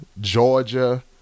Georgia